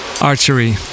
Archery